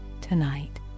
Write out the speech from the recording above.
tonight